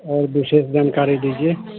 और विशेष जानकारी दीजिए